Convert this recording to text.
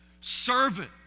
servant